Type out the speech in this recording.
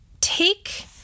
take